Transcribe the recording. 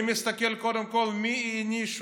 אני מסתכל קודם כול את מי הענישו,